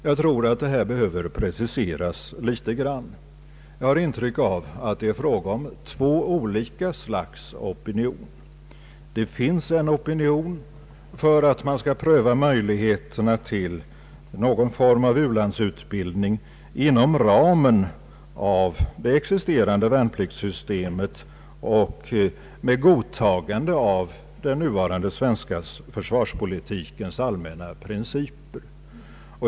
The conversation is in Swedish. Jag tror att detta behöver preciseras något. Jag har ett intryck av att det är fråga om två olika slags opinion. Det finns en opinion för att man skall pröva möjligheterna till någon form av ulandsutbildning inom ramen för det existerande värnpliktssystemet och med godtagande av den nuvarande svenska försvarspolitikens allmänna principer.